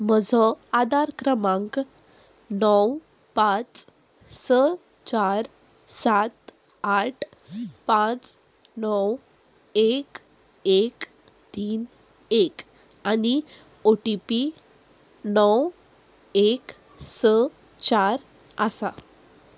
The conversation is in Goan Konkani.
म्हजो आदार क्रमांक णव पांच स चार सात आठ पांच णव एक एक तीन एक आनी ओ टी पी णव एक स चार आसा